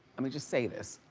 i mean just say this,